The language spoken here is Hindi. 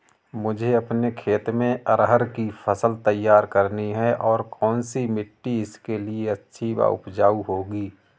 मुझे अपने खेत में अरहर की फसल तैयार करनी है और कौन सी मिट्टी इसके लिए अच्छी व उपजाऊ होगी?